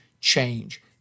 change